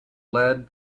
lead